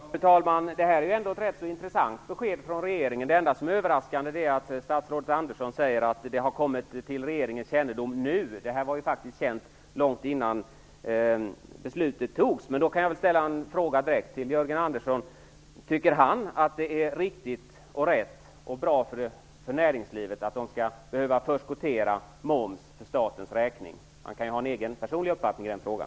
Fru talman! Det här är ändå ett ganska intressant besked från regeringen. Det enda som är överraskande är att statsrådet Andersson säger att det har kommit till regeringens kännedom nu. Det här var faktiskt känt långt innan beslutet togs. Jag vill ställa en fråga direkt till Jörgen Andersson. Tycker han att det är riktigt och rätt och bra för näringslivet att företagen skall behöva förskottera moms för statens räkning? Han kan ju ha en egen, personlig uppfattning i den frågan.